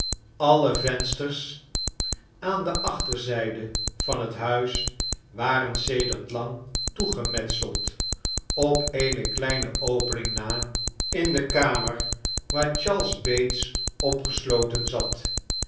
alle vensters aan de achterzijde van het huis waren sedert lang toegemetseld op eene kleine opening na in de kamer waar charles bates opgesloten zat